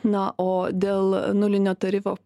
na o dėl nulinio tarifo